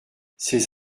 ces